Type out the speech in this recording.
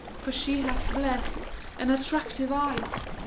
for she hath blessed and attractive eyes.